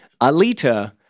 Alita